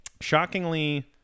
Shockingly